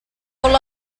pull